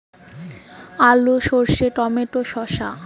আলু সর্ষে টমেটো শসা